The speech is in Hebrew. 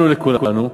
לנו, לכולנו,